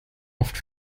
oft